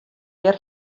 hjir